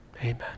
Amen